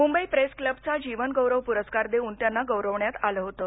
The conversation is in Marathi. मुंबई प्रेस क्लबचा जीवन गौरव पुरस्कार देऊन त्यांना गौरवण्यात आलं होतं